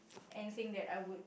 and think that I would